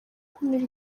gukumira